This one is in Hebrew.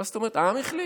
מה זאת אומרת, העם החליט?